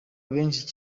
benshi